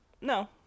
No